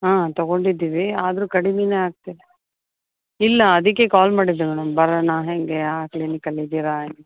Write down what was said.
ಹಾಂ ತೊಗೊಂಡಿದ್ದೀವಿ ಆದರು ಕಡಿಮೆಯೇ ಆಗ್ತಿಲ್ಲ ಇಲ್ಲ ಅದಕ್ಕೇ ಕಾಲ್ ಮಾಡಿದ್ದು ಮೇಡಮ್ ಬರೋಣಾ ಹೇಗೆ ಹಾಂ ಕ್ಲಿನಿಕಲ್ಲಿ ಇದ್ದೀರಾ